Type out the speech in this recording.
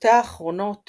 בשנותיה האחרונות